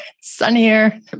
sunnier